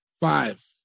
Five